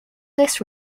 this